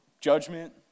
judgment